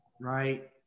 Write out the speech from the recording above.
right